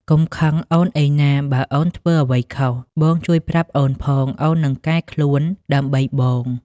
កុំខឹងអូនអីណា បើអូនធ្វើអ្វីខុស បងជួយប្រាប់អូនផង អូននឹងកែខ្លួនដើម្បីបង។